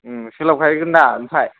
सोलाबखायैगोनदा आमफ्राय